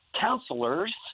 counselors